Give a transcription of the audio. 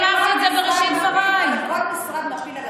אני אמרתי את